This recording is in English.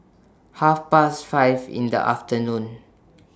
Half Past five in The afternoon